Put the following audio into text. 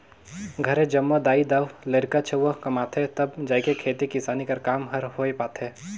घरे जम्मो दाई दाऊ,, लरिका छउवा कमाथें तब जाएके खेती किसानी कर काम हर होए पाथे